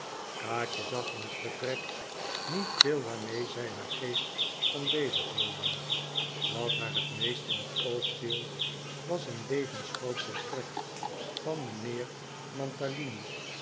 kaatje zag in het vertrek niet veel waarmee zij haar geest kon bezighouden wat haar het meest in het oog viel was een levensgroot portret van mijnheer